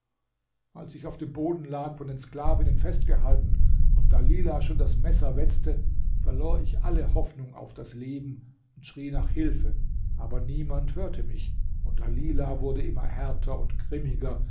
als ich auf dem boden lag von den sklavinnen festgehalten und dalila schon das messer wetzte verlor ich alle hoffnung auf das leben und schrie nach hilfe aber niemand hörte mich und dalila wurde immer härter und grimmiger